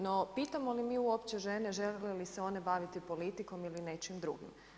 No, pitamo li mi uopće žene, žele li se one baviti politikom ili nečim drugim.